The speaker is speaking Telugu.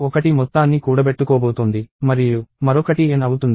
ఒకటి మొత్తాన్ని కూడబెట్టుకోబోతోంది మరియు మరొకటి n అవుతుంది